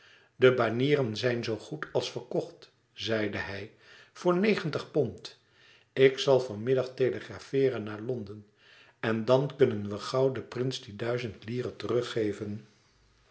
de banieren zijn zoo goed als verkocht zeide hij voor negentig pond ik zal van middag telegrafeeren naar londen en dan kunnen wij gauw den prins die duizend lire teruggeven